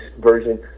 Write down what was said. version